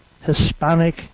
Hispanic